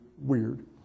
Weird